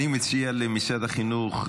אני מציע למשרד החינוך,